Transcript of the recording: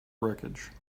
wreckage